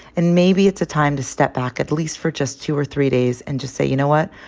and maybe it's a time to step back at least for just two or three days and just say, you know what?